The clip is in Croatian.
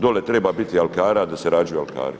Dole treba biti alkara da se rađaju alkari.